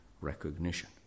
recognition